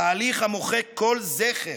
תהליך המוחק כל זכר,